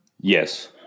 Yes